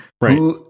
Right